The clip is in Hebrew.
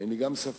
אין לי גם ספק